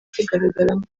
kigaragaramo